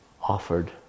offered